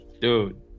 dude